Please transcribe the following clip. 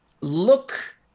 look